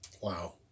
Wow